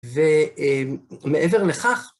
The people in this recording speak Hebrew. ומעבר לכך,